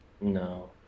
No